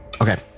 okay